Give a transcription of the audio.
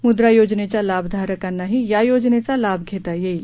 मुद्रा योजनेच्या लाभधारकांनाही या योजनेचा लाभ घेता येईल